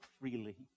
freely